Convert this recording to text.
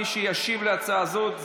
מי שישיב על ההצעה הזאת,